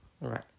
right